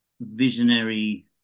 visionary